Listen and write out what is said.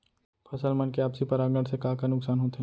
फसल मन के आपसी परागण से का का नुकसान होथे?